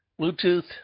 Bluetooth